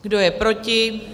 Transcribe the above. Kdo je proti?